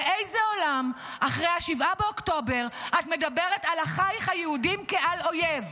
באיזה עולם אחרי 7 באוקטובר את מדברת על אחייך היהודים כעל אויב?